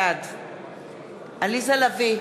בעד עליזה לביא,